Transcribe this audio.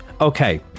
Okay